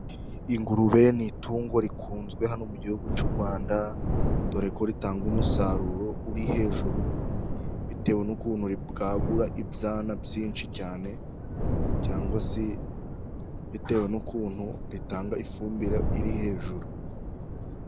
Ingurube ni itungo rikunzwe hano mu gihugu cy'u rwanda dore ko ritanga umusaruro uri hejuru bitewe n'ukuntu ribwagura ibyana byinshi cyane cyangwa se bitewe n'ukuntu itanga ifumbire iri hejuru.